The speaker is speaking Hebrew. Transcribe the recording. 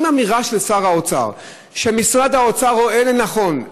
אם האמירה של שר האוצר שמשרד האוצר רואה לנכון,